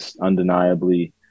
undeniably